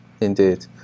indeed